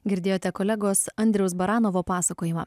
girdėjote kolegos andriaus baranovo pasakojimą